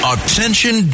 Attention